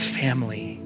family